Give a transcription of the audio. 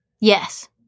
Yes